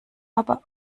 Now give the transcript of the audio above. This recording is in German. aber